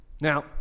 Now